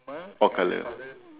or colour